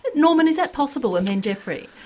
norman is that possible and then jeffrey.